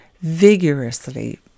vigorously